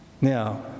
Now